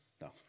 No